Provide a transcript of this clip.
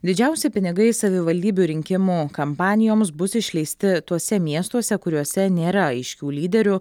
didžiausi pinigai savivaldybių rinkimų kampanijoms bus išleisti tuose miestuose kuriuose nėra aiškių lyderių